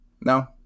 no